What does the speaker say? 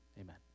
Amen